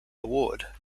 award